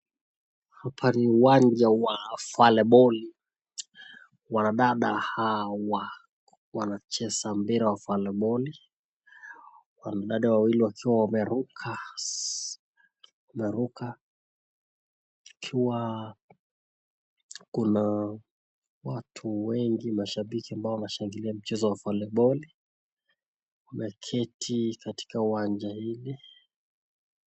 Hapa ni uwanja wa voliboli. Wanadada wanacheza mpira wa voliboli. Wanadada wawili wakiwa wameruka ikiwa kuna watu wengi mashabiki wanashangilia mpira wa voliboli. Wameketi katika uwanja hili.